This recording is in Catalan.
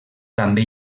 també